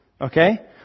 okay